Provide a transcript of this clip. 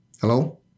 hello